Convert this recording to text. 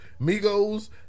Migos